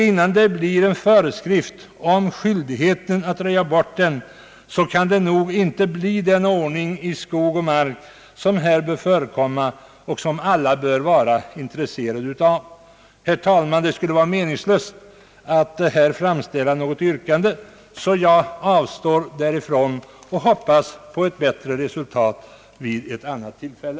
Innan man får en föreskrift om skyldighet att röja bort den, kan det inte bli den ordning i skog och mark som bör förekomma och som alla bör vara intresserade av. Herr talman! Det skulle vara meningslöst att här framställa något yrkande, varför jag avstår därifrån och hoppas på bättre resultat vid ett annat tillfälle.